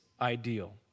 ideal